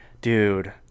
Dude